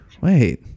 wait